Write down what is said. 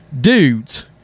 dudes